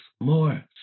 more